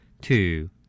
Two